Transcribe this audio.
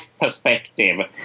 perspective